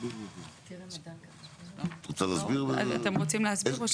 אתם רוצים להסביר?